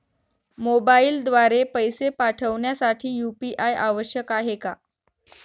मोबाईलद्वारे पैसे पाठवण्यासाठी यू.पी.आय आवश्यक आहे का?